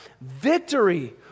victory